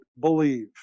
believe